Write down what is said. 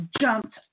jumped